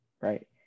Right